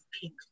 pink